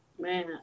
man